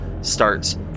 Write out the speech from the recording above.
starts